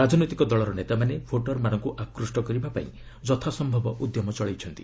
ରାଜନୈତିକ ଦଳର ନେତାମାନେ ଭୋଟର୍ମାନଙ୍କୁ ଆକୃଷ୍ କରିବାପାଇଁ ଯଥାସ୍ୟବ ଉଦ୍ୟମ ଚଳାଇଛନ୍ତି